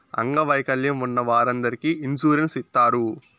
అంగవైకల్యం ఉన్న వారందరికీ ఇన్సూరెన్స్ ఇత్తారు